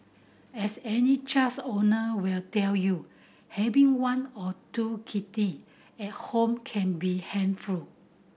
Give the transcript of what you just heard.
as any owner will tell you having one or two kitty at home can be handful